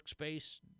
Workspace